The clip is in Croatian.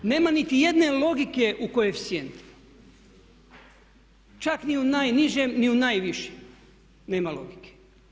Nema niti jedne logike u koeficijentima, čak ni u najnižem ni u najvišem nema logike.